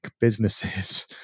businesses